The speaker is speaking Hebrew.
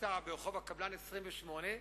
התרצתה ברחוב הקבלן 28,